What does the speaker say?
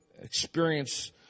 experience